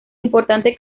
importante